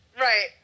Right